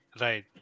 Right